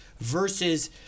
versus